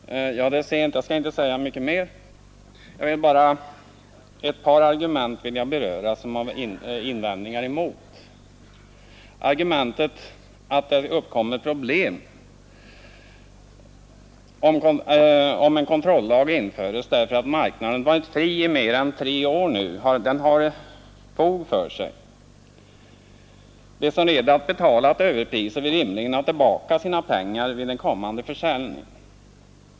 Herr talman! Det är sent och jag skall inte säga mycket mer. Det är bara ett par argument som jag har invändningar mot och som jag vill beröra. Argumentet att det uppkommer problem om en kontrollag införs, därför att marknaden varit fri i mer än tre år nu, har fog för sig. De som redan betalat överpriser vill rimligen ha tillbaka sina pengar vid en kommande försäljning.